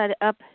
up